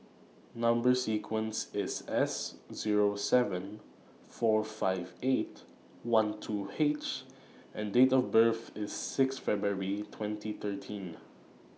Number sequence IS S zeeo seven four five eight one two H and Date of birth IS six February twenty thirteen